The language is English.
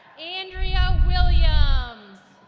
andrea williams